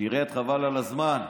שירת חבל על הזמן.